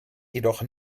jedoch